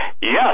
yes